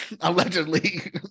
allegedly